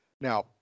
Now